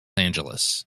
angeles